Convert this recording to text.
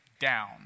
down